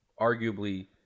arguably